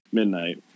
midnight